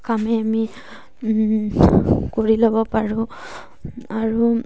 কামেই আমি কৰি ল'ব পাৰোঁ আৰু